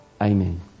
Amen